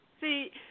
See